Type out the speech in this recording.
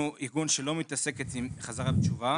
אנחנו ארגון שלא מתעסק עם חזרה בתשובה.